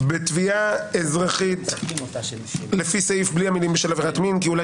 "בתביעה אזרחית לפי סעיף 108א" בלי המילים "בשל עבירת מין" כי אולי